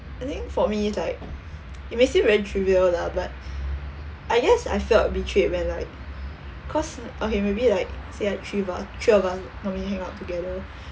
I think for me is like it may seem very trivial lah but I guess I felt betrayed when like cause okay maybe like say like three of us three of us normally hang out together